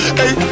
hey